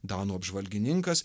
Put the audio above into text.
danų apžvalgininkas